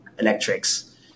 electrics